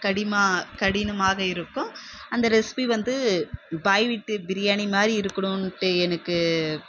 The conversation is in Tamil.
கடினமா கடினமாக இருக்கும் அந்த ரெசிப்பி வந்து பாய் வீட்டு பிரியாணி மாதிரி இருக்கணும்ட்டு எனக்கு